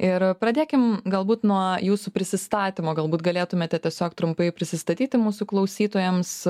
ir pradėkim galbūt nuo jūsų prisistatymo galbūt galėtumėte tiesiog trumpai prisistatyti mūsų klausytojams